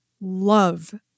love